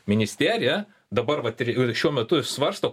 ministerija dabar vat ir šiuo metu svarsto